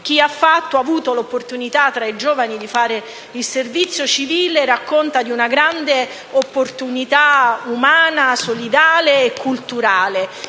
Chi ha avuto l'opportunità, tra i giovani, di fare il servizio civile racconta di una grande opportunità umana solidale e culturale.